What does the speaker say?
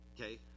Okay